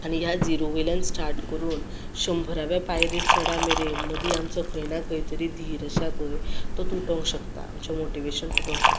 आनी ह्या झिरो वयल्यान स्टाट करून शंबराव्या पायरेर चड मेरेन मदीं आमचो खंय ना खंय तरी धीर आसा पळय तो तुटूंक शकता आमचे मोटीवेशन तुटूंक शकता